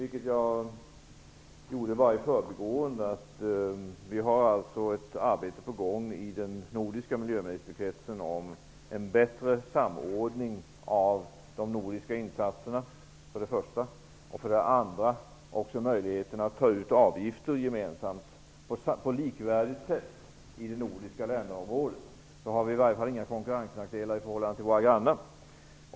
Låt mig bara i förbigående nämna att vi har ett arbete på gång i den nordiska miljöministerkretsen om, för det första, en bättre samordning av de nordiska insatserna och, för det andra, möjligheterna att ta ut avgifter gemensamt på likvärdigt sätt i de nordiska länderområdet. Vi har i alla fall inga konkurrensnackdelar i förhållande till våra grannar.